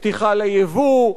פתיחה ליבוא,